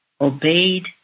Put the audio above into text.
obeyed